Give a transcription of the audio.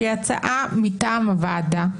שהיא הצעה מטעם הוועדה,